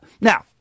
now